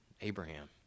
Abraham